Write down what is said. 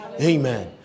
Amen